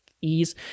ease